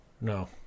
No